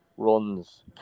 runs